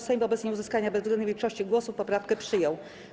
Sejm wobec nieuzyskania bezwzględnej większości głosów poprawkę przyjął.